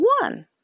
one